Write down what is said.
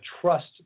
trust